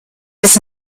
des